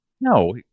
No